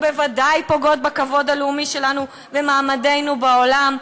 ובוודאי פוגעות בכבוד הלאומי שלנו ובמעמדנו בעולם,